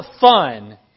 fun